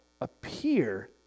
appear